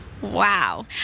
Wow